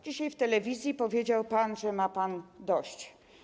Dzisiaj w telewizji powiedział pan, że ma pan dość.